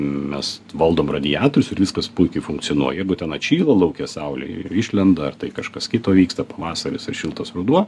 mes valdom radiatorius ir viskas puikiai funkcionuoja jeigu ten atšyla lauke saulė išlenda ar tai kažkas kito vyksta pavasaris ar šiltas ruduo